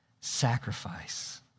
sacrifice